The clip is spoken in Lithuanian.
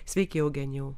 sveiki eugenijau